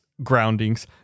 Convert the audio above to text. groundings